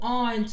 on